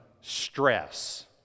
stress